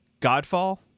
Godfall